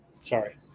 Sorry